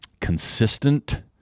consistent